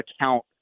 account